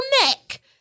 neck